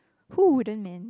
who wouldn't man